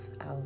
out